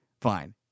fine